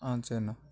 ஆ சேரிண